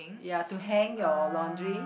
ya to hang your laundry